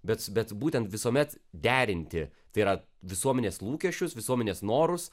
bet bet būtent visuomet derinti tai yra visuomenės lūkesčius visuomenės norus